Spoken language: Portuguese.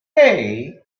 hey